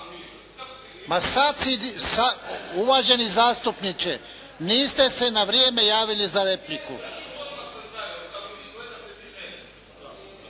ne čuje./… Uvaženi zastupniče, niste se na vrijeme javili za repliku.